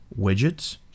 widgets